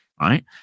right